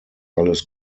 alles